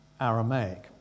Aramaic